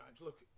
look